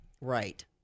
Right